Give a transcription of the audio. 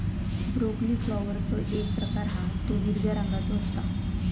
broccoli फ्लॉवरचो एक प्रकार हा तो हिरव्या रंगाचो असता